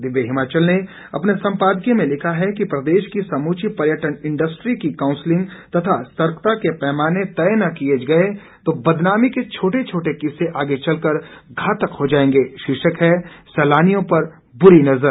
दिव्य हिमाचल ने अपने संपादकीय में लिखा है प्रदेश की समूची पर्यटन इंडस्ट्री की काउंसलिंग तथा सतर्कता के पैमाने तय न किए तो बदनामी के छोटे छोटे किस्से आगे चलकर घातक हो जाएंगे शीर्षक है सैलानियों पर बुरी नजर